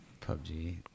PUBG